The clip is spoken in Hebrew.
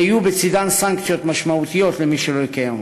ויהיו בצדן סנקציות משמעותיות למי שלא יקיים אותן.